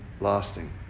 lasting